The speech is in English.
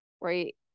right